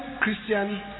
Christian